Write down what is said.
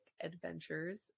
adventures